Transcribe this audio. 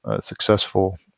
successful